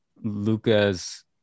Luca's